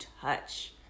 touch